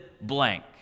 blank